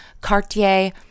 Cartier